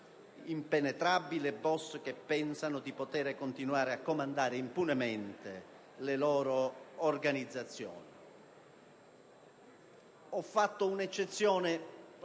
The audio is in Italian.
impenetrabile boss che pensano di poter continuare a comandare impunemente le loro organizzazioni.